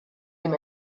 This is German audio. dem